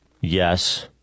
yes